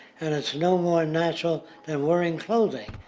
and it's no more natural than wearing clothing.